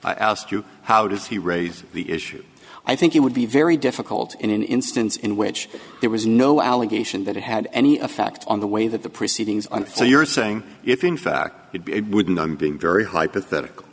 i asked you how does he raise the issue i think it would be very difficult in an instance in which there was no allegation that it had any effect on the way that the proceedings on so you're saying if in fact it wouldn't i'm being very hypothetical